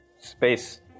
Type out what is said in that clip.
Space